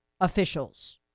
officials